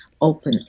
open